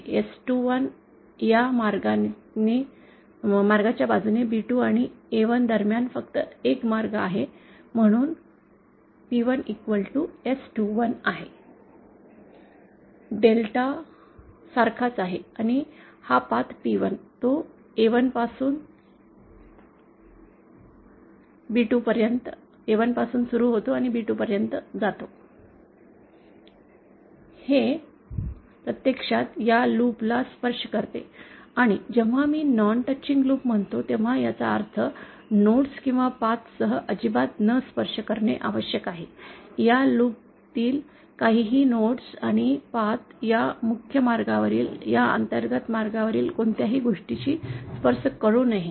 S21 या मार्गाच्या बाजूने B2 आणि A1 दरम्यान फक्त एक मार्ग आहे आणि म्हणून P1S21 आहे डेल्टा सारखाच आहे आणि हा मार्ग P1 तो A1 पासून पर्यंत सुरू ते B2 पर्यंत हे प्रत्यक्षात या लूप ला स्पर्श करते आणि जेव्हा मी नॉन टचिंग म्हणतो तेव्हा याचा अर्थ नोडस् किंवा पाथ सह अजिबात न स्पर्श करणे आवश्यक आहे या लूप तील काहीही नोडस् आणि पाथ या मुख्य मार्गावरील या अंतर्गत मार्गावरील कोणत्याही गोष्टीस स्पर्श करु नये